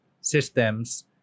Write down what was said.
systems